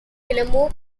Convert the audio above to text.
tillamook